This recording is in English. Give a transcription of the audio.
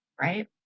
right